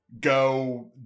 go